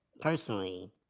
personally